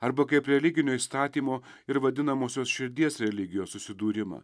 arba kaip religinio įstatymo ir vadinamosios širdies religijos susidūrimą